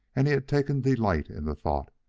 and he had taken delight in the thought,